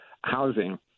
housing